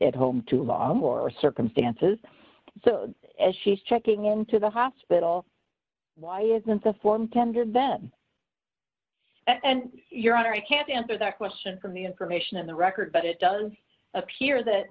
at home to a lot more circumstances so as she's checking into the hospital why isn't the form tendered then and your honor i can't answer that question from the information in the record but it does appear that